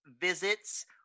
visits